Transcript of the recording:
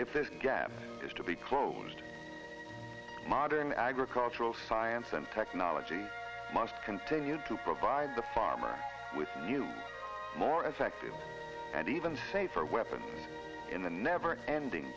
if this gap is to be closed modern agricultural science and technology must continue to provide the farmer with new more effective and even safer weapons in the never ending